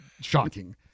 shocking